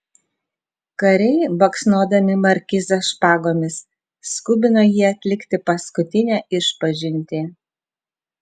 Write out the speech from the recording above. kariai baksnodami markizą špagomis skubino jį atlikti paskutinę išpažintį